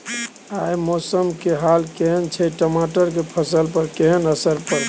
आय मौसम के हाल केहन छै टमाटर के फसल पर केहन असर परतै?